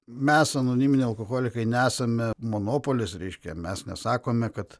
mes anoniminiai alkoholikai nesame monopolis reiškia mes nesakome kad